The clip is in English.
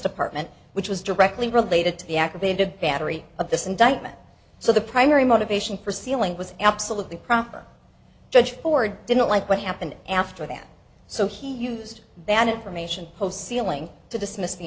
department which was directly related to the aggravated battery of this indictment so the primary motivation for sealing was absolutely proper judge ford didn't like what happened after that so he used that information post sealing to dismiss